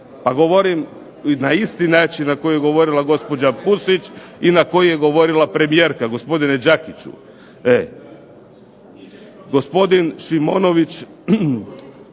Pa govorim na isti način na koji je govorila gospođa Pusić i na koji je govorila premijerka, gospodine Đakiću.